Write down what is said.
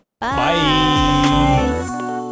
Bye